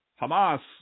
Hamas